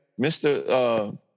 Mr